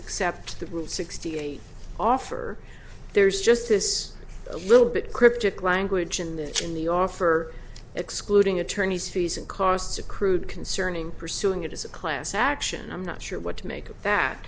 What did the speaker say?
accept the route sixty eight offer there's just this a little bit cryptic language in the in the offer excluding attorneys fees and costs accrued concerning pursuing it as a class action i'm not sure what to make of that